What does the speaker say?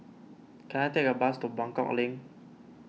can I take a bus to Buangkok Link